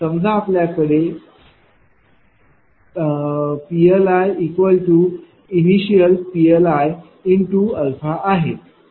समजा आपल्याकडे इथे PLiPL0×αआहे